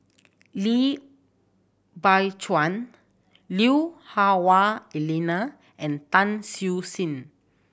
Lim Biow Chuan Lui Hah Wah Elena and Tan Siew Sin